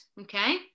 Okay